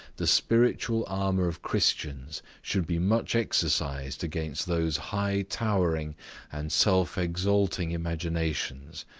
the spiritual armour of christians should be much exercised against those high towering and self-exalting imaginations,